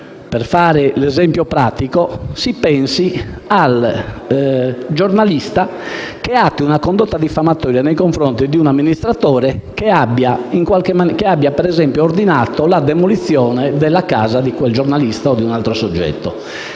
per fare un esempio pratico, si pensi al giornalista che attui una condotta diffamatoria nei confronti di un amministratore pubblico, che ad esempio abbia ordinato la demolizione della casa di quel giornalista o di un altro soggetto.